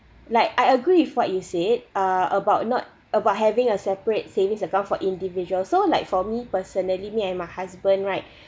like I agree with what you said uh about not about having a separate savings account for individual so like for me personally me and my husband right